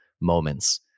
moments